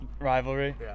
rivalry